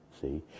See